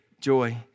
joy